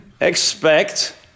expect